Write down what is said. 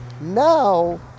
now